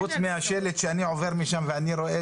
חוץ מהשלט שאני רואה כשאני עובר משם זה בסדר.